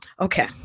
okay